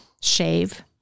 shave